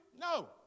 no